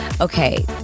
okay